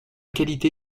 qualité